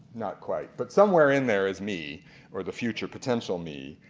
not quite but somewhere in there is me or the future potential me,